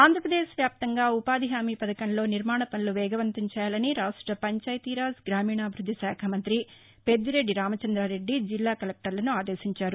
ఆంధ్రప్రదేశ్ వ్యాప్తంగా ఉపాధి హామీ పథకంలో నిర్మాణ పనులు వేగవంతం చేయాలని రాష్ట పంచాయతీరాజ్ గ్రామీణాభివృద్దిశాఖ మంత్రి పెద్దిరెడ్డి రామచంద్రారెడ్డి జిల్లా కలెక్టర్లను ఆదేశించారు